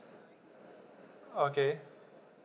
okay